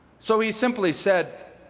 so he simply said,